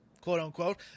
quote-unquote